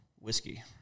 Whiskey